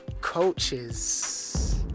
coaches